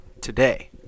today